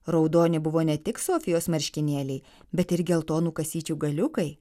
raudoni buvo ne tik sofijos marškinėliai bet ir geltonų kasyčių galiukai